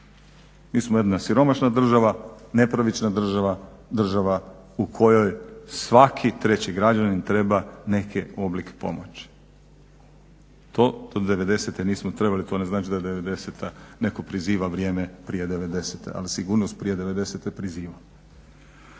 Mi smo jedna siromašna država, nepravična država, država u kojoj svaki treći građanin treba neki oblik pomoći. To do '90. nismo trebali, to ne znači da '90., neko priziva vrijeme prije '90., ali sigurnost prije '90.priziva.